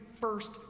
first